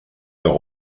leur